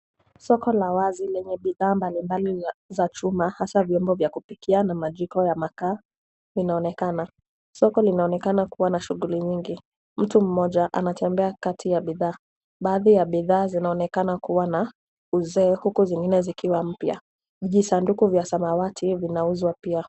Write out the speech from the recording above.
Soko la wazi lenye bidhaa mbali mbali za chuma hasa vifaa vyombo vya kupikia na majiko ya makaa linaonekana. Soko linaonekana kuwa na shughuli nyingi. Mtu mmoja anatembea kati ya bidhaa. Baadhi ya bidhaa zinaonekana kuwa na uzee huku zingine zikiwa mpya. Visanduku vya samawati vinauzwa pia.